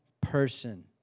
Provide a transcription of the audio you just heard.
person